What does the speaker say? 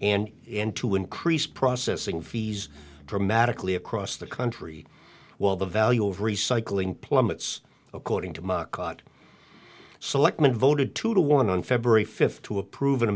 and in to increase processing fees dramatically across the country while the value of recycling plummets according to my cot selectmen voted two to one on february fifth to approve